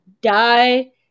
die